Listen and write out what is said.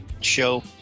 show